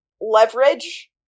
leverage